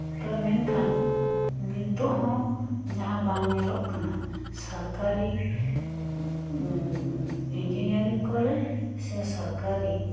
ᱛᱚᱵᱮ ᱢᱮᱱᱠᱷᱟᱱ ᱱᱤᱛᱚᱜ ᱦᱚᱸ ᱡᱟᱦᱟᱸ ᱵᱟᱝ ᱧᱮᱞᱚᱜ ᱠᱟᱱᱟ ᱥᱚᱨᱠᱟᱨᱤᱤᱧᱡᱤᱱᱤᱭᱟᱨᱤᱝ ᱠᱚᱞᱮᱡᱽ ᱥᱮ ᱥᱚᱨᱠᱟᱨᱤ